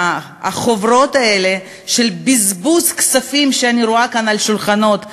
והחוברות האלה של בזבוז כספים שאני רואה כאן על השולחנות,